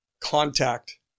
contact